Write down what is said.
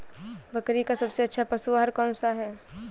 बकरी का सबसे अच्छा पशु आहार कौन सा है?